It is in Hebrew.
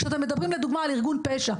כשאתם מדברים לדוגמה על ארגון פשע.